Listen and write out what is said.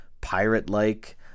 pirate-like